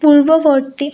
পূৰ্বৱৰ্তী